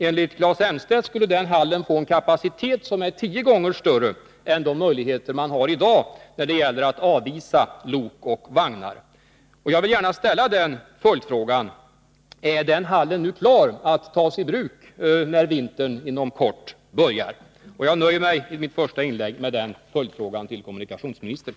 Enligt Claes Elmstedt skulle den hallen få en kapacitet som är tio gånger större än de anläggningar har som finns i dag för att avisa lok och vagnar. Jag vill därför gärna ställa en följdfråga: Är den hallen klar att tas i bruk när vintern inom kort börjar? Jag nöjer mig i mitt första inlägg med den följdfrågan till kommunikationsministern.